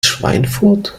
schweinfurt